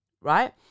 right